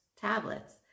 tablets